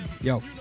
Yo